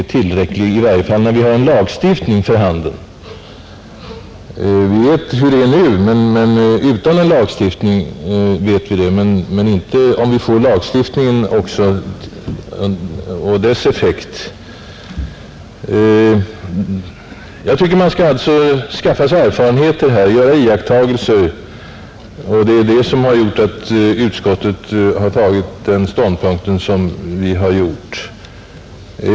Vi vet hur det är nu utan en lagstiftning, men vi vet inte vilken effekt en lagstiftning får. Jag tycker att man. alltså skall skaffa sig erfarenheter och göra iakttagelser. Det är också därför som utskottet tagit den ståndpunkt som vi har gjort.